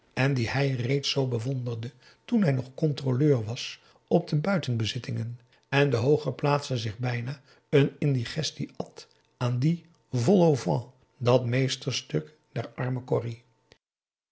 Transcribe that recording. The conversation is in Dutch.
en die hij reeds zoo bewonderde toen hij nog controleur was op de buitenbezittingen en de hooggeplaatste zich bijna een indigestie at aan dien vol au vent dat meesterstuk der arme corrie